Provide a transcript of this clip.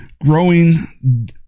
growing